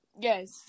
Yes